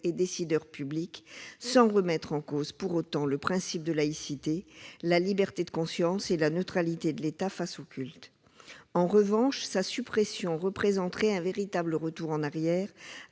décideurs publics, sans remettre en cause pour autant le principe de laïcité, la liberté de conscience et la neutralité de l'État face aux cultes., sa suppression représenterait un véritable retour en arrière, à